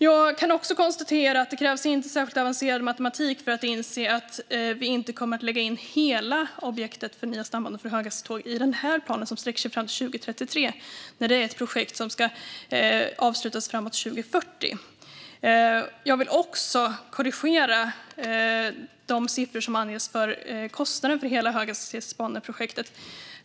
Jag kan konstatera att det inte krävs särskilt avancerad matematik för att inse att vi inte kommer att lägga in hela objektet nya stambanor för höghastighetståg i den här planen som sträcker sig fram till 2033 när det är ett projekt som ska avslutas framåt 2040. Jag vill också korrigera de siffror som anges för kostnaden för hela höghastighetsbaneprojektet.